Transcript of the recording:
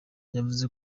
yavuze